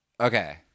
Okay